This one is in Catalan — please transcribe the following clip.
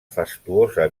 fastuosa